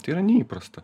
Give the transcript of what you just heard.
tai yra neįprasta